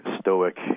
Stoic